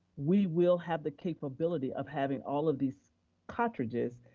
we will have the capability of having all of these cartridges,